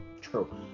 True